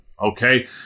Okay